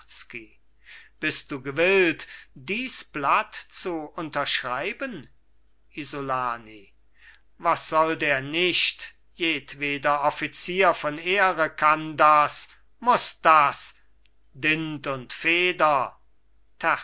bist du gewillt dies blatt zu unterschreiben isolani was sollt er nicht jedweder offizier von ehre kann das muß das dint und feder